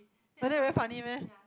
but then very funny meh